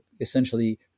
essentially